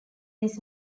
this